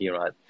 right